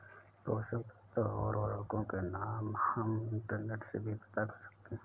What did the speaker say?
पोषक तत्व और उर्वरकों के नाम हम इंटरनेट से भी पता कर सकते हैं